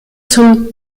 zum